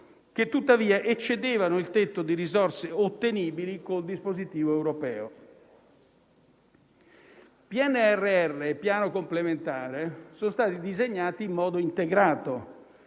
che tuttavia eccedevano il tetto di risorse ottenibili con dispositivo europeo. PNRR e Piano nazionale complementare sono stati disegnati in modo integrato.